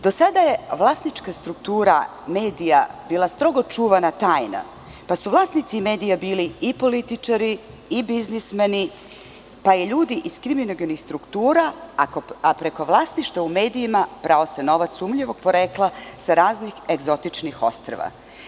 Do sada je vlasnička struktura medija bila strogo čuvana tajna, pa su vlasnici medija bili i političari i biznismeni, pa i ljudi iz kriminalnih struktura, a preko vlasništva u medijima prao se novac sumnjivog porekla sa raznih egzotičnih ostrva.